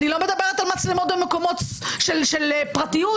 אני לא מדברת על מצלמות במקומות של פרטיות,